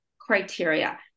criteria